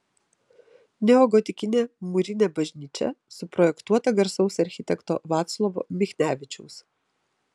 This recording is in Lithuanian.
neogotikinė mūrinė bažnyčia suprojektuota garsaus architekto vaclovo michnevičiaus